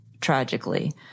tragically